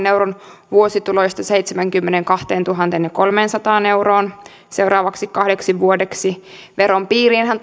euron vuosituloista seitsemäänkymmeneenkahteentuhanteenkolmeensataan euroon seuraavaksi kahdeksi vuodeksi veron piiriinhän